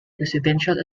presidential